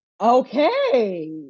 okay